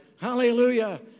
Hallelujah